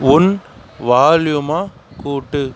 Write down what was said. உன் வால்யூமை கூட்டு